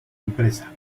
empresa